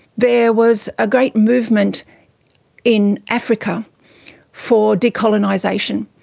there was a great movement in africa for decolonisation.